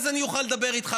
אז אני אוכל לדבר איתך.